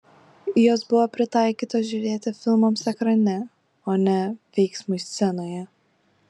jos buvo pritaikytos žiūrėti filmams ekrane o ne veiksmui scenoje